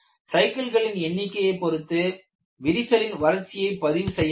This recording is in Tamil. சைக்கிள்களின் எண்ணிக்கையைப் பொருத்து விரிசலின் வளர்ச்சியை பதிவு செய்ய வேண்டும்